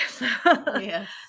Yes